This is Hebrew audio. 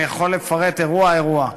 אני יכול לפרט אירוע-אירוע,